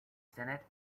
senate